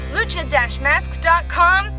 lucha-masks.com